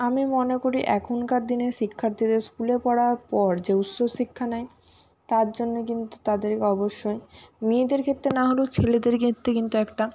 আমি মনে করি এখনকার দিনে শিক্ষার্থীদের স্কুলে পড়ার পর যে উসস শিক্ষা নেয় তার জন্য কিন্তু তাদেরকে অবশ্যই মেয়েদের ক্ষেত্রে না হলেও ছেলেদের ক্ষেত্রে কিন্তু একটা